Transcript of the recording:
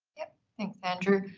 yep. thanks andrew.